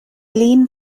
eileen